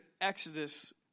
Exodus